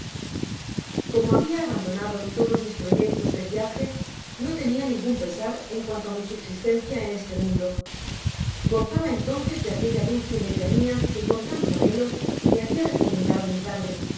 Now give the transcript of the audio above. como habia abandonado tados mis proyectos de viaje no tenia ningun pesar en cuanto á mi subsistencia en este mundo gozaba entonces de aquella dulce mediania que con tanto anhelo me habia recomendado mi padre